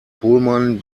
pohlmann